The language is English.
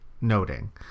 noting